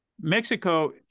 Mexico